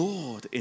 Lord